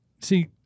See